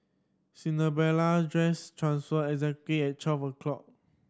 Cinderella's dress transformed exactly at twelve o'clock